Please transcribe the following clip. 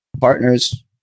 partners